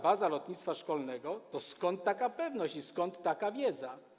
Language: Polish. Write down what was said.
Baza Lotnictwa Szkolnego, to skąd taka pewność i skąd taka wiedza?